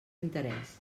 interès